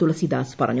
തുളസീദാസ് പറഞ്ഞു